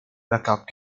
backup